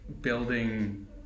building